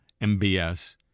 MBS